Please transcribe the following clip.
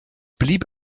blieb